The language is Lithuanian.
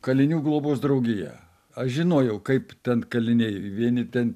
kalinių globos draugija aš žinojau kaip ten kaliniai vieni ten